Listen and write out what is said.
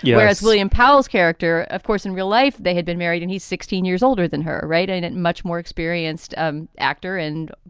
yeah whereas william powells character, of course, in real life, they had been married and he's six years older than her. right. and and much more experienced um actor and,